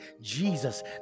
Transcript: Jesus